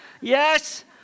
Yes